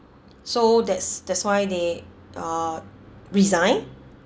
so that's that's why they uh resign